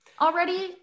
already